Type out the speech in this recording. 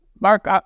mark